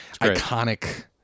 iconic